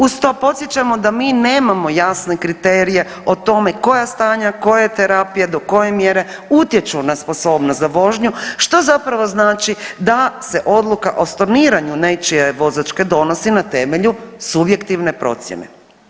Uz to podsjećamo da mi nemamo jasne kriterije o tome koja stanja, koje terapije do koje mjere utječu na sposobnost za vožnju što zapravo znači da se odluka o storniranju nečije vozačke donosi na temelju subjektivne procjene.